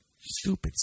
stupid